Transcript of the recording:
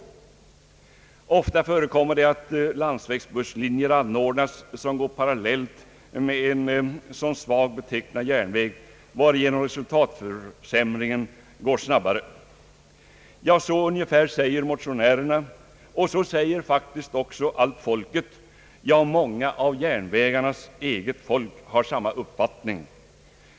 Ofta förekommer det att landsvägsbusslinjer anordnas som går parallellt med en som svag betecknad järnväg, varigenom resultatförsämringen går snabbare. Ja, så ungefär säger motionärerna och faktiskt också allt folket ute i landet, ja, många av järnvägarnas eget folk har samma uppfattning.